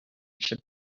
should